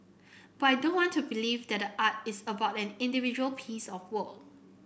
but I don't want to believe that the art is about an individual piece of work